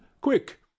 quick